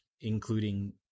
including